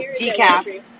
decaf